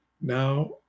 now